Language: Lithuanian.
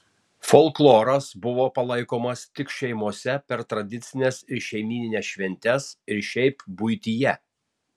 folkloras buvo palaikomas tik šeimose per tradicines ir šeimynines šventes ir šiaip buityje